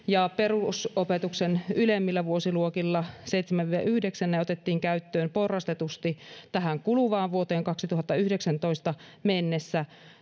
ja perusopetuksen ylemmillä vuosiluokilla seitsemän viiva yhdeksän porrastetusti tähän kuluvaan vuoteen kaksituhattayhdeksäntoista mennessä